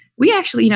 we actually you know,